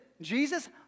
Jesus